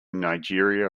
nigeria